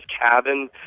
cabin